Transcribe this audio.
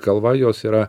galva jos yra